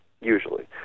usually